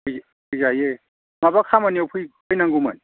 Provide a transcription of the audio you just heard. फै फैजायो माबा खामानियाव फैनांगौमोन